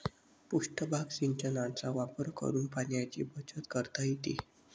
पृष्ठभाग सिंचनाचा वापर करून पाण्याची बचत करता येते